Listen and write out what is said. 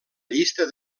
llista